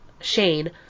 Shane